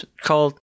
called